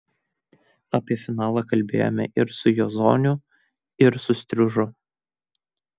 apie finalą kalbėjome ir su jozoniu ir su striužu